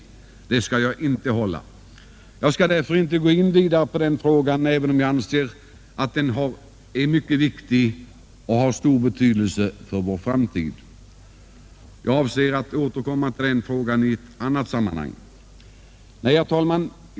Ett sådant anförande skall jag inte hålla. Jag skall inte gå in vidare på den frågan, även om jag anser att den är mycket viktig och har stor betydelse för vår framtid. Jag avser att återkomma till den i annat sammanhang. Herr talman!